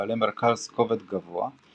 בעלי מרכז כובד גבוה,